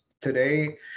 today